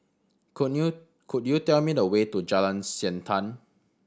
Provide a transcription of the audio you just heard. could you could you tell me the way to Jalan Siantan